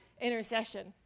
Intercession